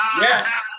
Yes